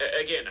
Again